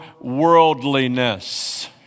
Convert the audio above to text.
worldliness